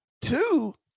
Two